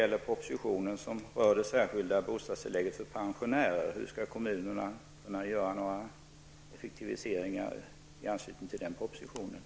Är det rätt uppfattat?